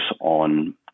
on